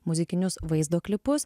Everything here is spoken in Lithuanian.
muzikinius vaizdo klipus